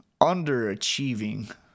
underachieving